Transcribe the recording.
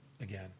again